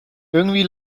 irgendwie